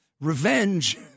revenge